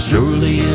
Surely